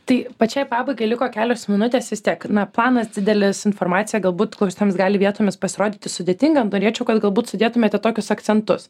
tai pačiai pabaigai liko kelios minutės vis tiek na planas didelis informacija galbūt klausytojams gali vietomis pasirodyti sudėtinga norėčiau kad galbūt sudėtumėte tokius akcentus